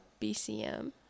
BCM